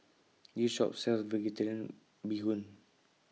This Shop sells Vegetarian Bee Hoon